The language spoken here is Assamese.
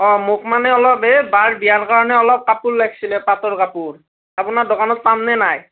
অঁ মোক মানে অলপ এই বাৰ বিয়াৰ কাৰণে অলপ কাপোৰ লাগিছিলে পাটৰ কাপোৰ আপোনাৰ দোকানত পামনে নাই